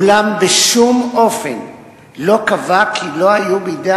אולם בשום אופן לא קבע כי לא היו בידי